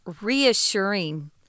reassuring